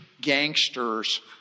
gangsters